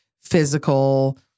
physical